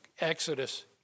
Exodus